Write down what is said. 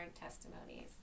testimonies